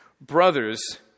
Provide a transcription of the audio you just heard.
brothers